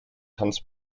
tanz